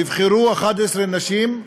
נבחרו 11 נשים,